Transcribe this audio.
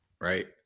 right